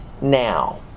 now